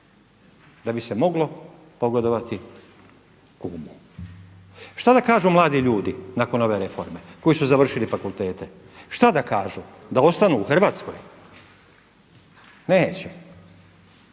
da bi se moglo pogodovati kumu. Šta da kažu mladi ljudi nakon ove reforme koji su završili fakultete? Šta da kažu? Da ostanu u Hrvatsko? Neće,